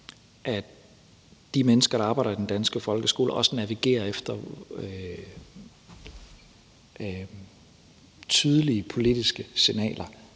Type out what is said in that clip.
at de mennesker, der arbejder i den danske folkeskole, også navigerer efter tydelige politiske signaler.